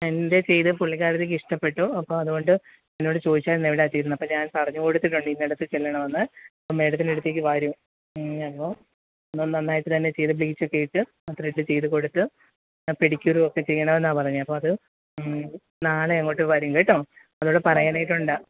എന്റെ ചെയ്തത് പുള്ളിക്കാരിക്ക് ഇഷ്ടപ്പെട്ടു അപ്പോൾ അതുകൊണ്ട് എന്നോട് ചോദിച്ചിരുന്നു എവിടെയാണ് ചെയ്തതെന്ന് അപ്പോൾ ഞാന് പറഞ്ഞു കൊടുത്തിട്ടുണ്ട് ഇന്ന ഇടത്ത് ചെല്ലണം എന്ന് അപ്പോൾ മേഡത്തിനടുത്തേക്ക് വരും അപ്പോൾ എല്ലാം നന്നായിട്ട് തന്നെ ചെയ്ത് ബ്ലീച്ച് ഒക്കെ ഇട്ട് അത്രയൊക്കെ ചെയ്തു കൊടുത്ത് ആ പെഡിക്യൂറും ഒക്കെ ചെയ്യണമെന്നാണ് പറഞ്ഞത് അപ്പോൾ അത് നാളെ അങ്ങോട്ട് വരും കേട്ടോ അവരോട് പറയേണേത് കൊണ്ടാ